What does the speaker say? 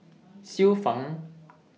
Xiu Fang